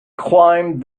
climbed